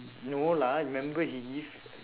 no lah remember he give